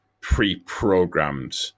pre-programmed